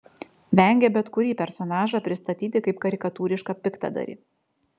vengė bet kurį personažą pristatyti kaip karikatūrišką piktadarį